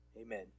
Amen